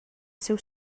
seu